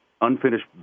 unfinished